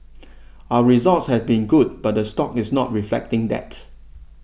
our results have been good but the stock is not reflecting that